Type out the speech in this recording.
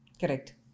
Correct